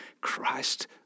Christ